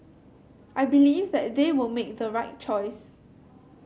I believe that they will make the right choice